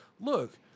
look